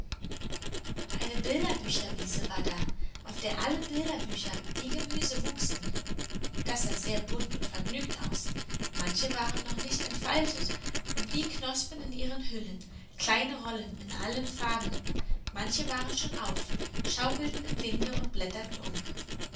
eine bilderbücherwiese war da auf der alle bilderbücher wie gemüse wuchsen das sah sehr bunt und vergnügt aus manche waren noch nicht entfaltet und wie knospen in ihren hüllen kleine rollen in allen farben manche waren schon auf schaukelten im winde und blätterten um